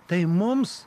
tai mums